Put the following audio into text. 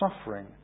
suffering